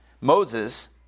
Moses